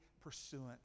pursuant